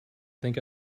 think